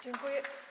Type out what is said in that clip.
Dziękuję.